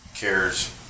cares